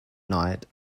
night